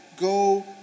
Go